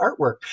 artwork